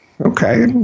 Okay